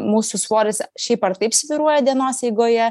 mūsų svoris šiaip ar taip svyruoja dienos eigoje